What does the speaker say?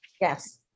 Yes